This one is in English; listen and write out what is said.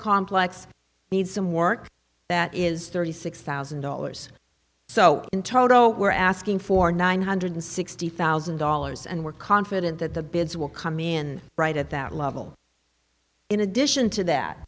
complex needs some work that is thirty six thousand dollars so in toto we're asking for nine hundred sixty thousand dollars and we're confident that the bids will come in right at that level in addition to that